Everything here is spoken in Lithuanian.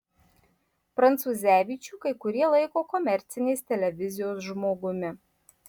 prancūzevičių kai kurie laiko komercinės televizijos žmogumi